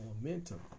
momentum